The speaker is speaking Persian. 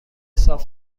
صاف